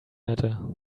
matter